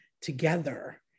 together